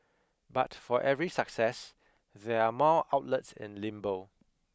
but for every success there are more outlets in limbo